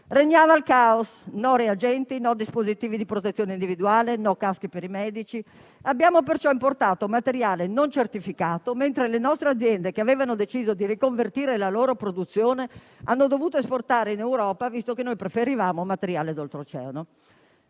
Regnava il caos: mancavano i reagenti, i dispositivi di protezione individuale, i caschi per i medici. Abbiamo perciò importato materiale non certificato mentre le nostre aziende, che avevano deciso di riconvertire la loro produzione, hanno dovuto esportare in Europa, visto che noi preferivamo materiale d'Oltreoceano.